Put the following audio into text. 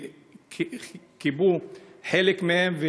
כיבו חלק מהן,